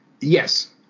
yes